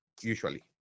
usually